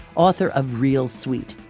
author of real sweet,